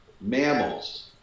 mammals